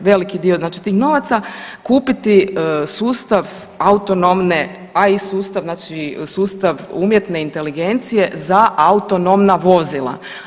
veliki dio tih novaca kupiti sustav autonomne, a i sustav umjetne inteligencije za autonomna vozila.